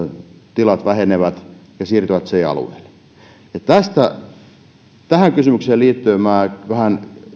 tilat vähenevät ja siirtyvät c alueelle ja tähän kysymykseen liittyen minä vähän